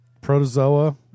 protozoa